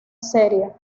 serie